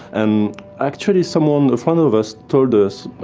and actually someone, a fan of us, told us,